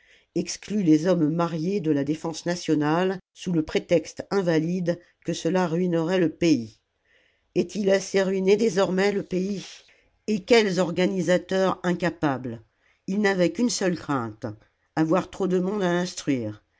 exclu les hommes mariés de la défense nationale sous le prétexte invalide que cela ruinerait le pays est-il assez ruiné désormais le pays et quels organisateurs incapables ils n'avaient qu'une seule crainte avoir trop de monde à instruire